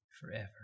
forever